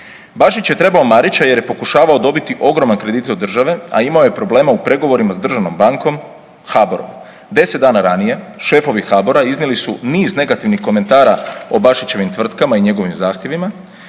Bašić je trebao Marića jer je pokušavao dobiti ogroman kredit od države, a imao je problema u pregovorima s državnom bankom HBOR-om, 10 dana ranije šefovi HBOR-a iznijeli su niz negativnih komentara o Bašićevim tvrtkama i njegovim zahtjevima,